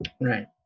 right